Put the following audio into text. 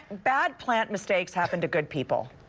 bad plant mistakes happen to good people.